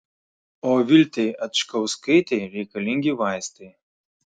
o viltei adžgauskaitei reikalingi vaistai